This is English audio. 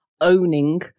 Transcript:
owning